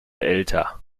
älter